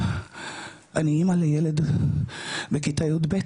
אני אמא לילד בכיתה יב',